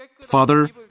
Father